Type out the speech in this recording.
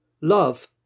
love